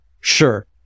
sure